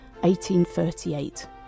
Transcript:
1838